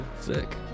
Sick